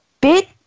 bit